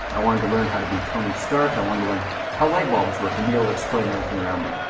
i wanted to learn how to be tony stark, i wanted to learn how light bulbs work and be able to explain everything around me.